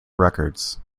records